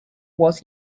was